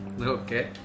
Okay